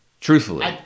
Truthfully